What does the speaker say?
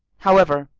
however,